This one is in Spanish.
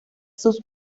sus